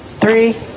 Three